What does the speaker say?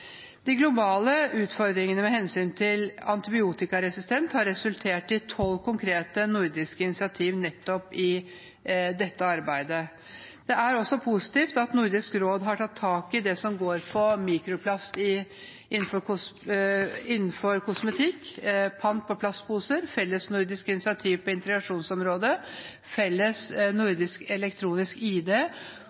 De globale utfordringene med hensyn til antibiotikaresistens har resultert i tolv konkrete nordiske initiativ i nettopp dette arbeidet. Det er også positivt at Nordisk råd har tatt tak i det som går på mikroplast innenfor kosmetikk, og det som går på pant på plastposer, felles nordisk initiativ på integrasjonsområdet, felles nordisk elektronisk id